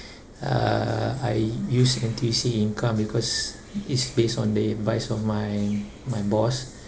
uh I use N_T_U_C income because it's based on the advice of my my boss